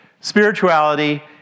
spirituality